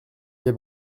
les